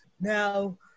Now